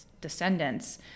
descendants